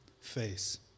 face